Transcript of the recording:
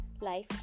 life